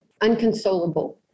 unconsolable